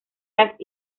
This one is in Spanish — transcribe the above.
las